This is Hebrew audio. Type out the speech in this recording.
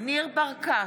ניר ברקת,